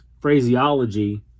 phraseology